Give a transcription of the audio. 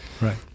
Right